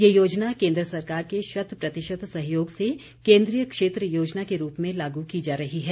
यह योजना केन्द्र सरकार के शत प्रतिशत सहयोग से केन्द्रीय क्षेत्र योजना के रूप में लागू की जा रही है